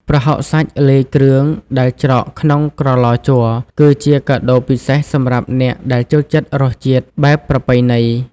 ប្រហុកសាច់លាយគ្រឿងដែលច្រកក្នុងក្រឡជ័រ គឺជាកាដូពិសេសសម្រាប់អ្នកដែលចូលចិត្តរសជាតិបែបប្រពៃណី។